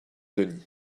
denis